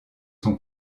sont